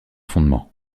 fondement